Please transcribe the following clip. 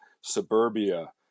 suburbia